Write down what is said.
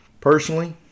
personally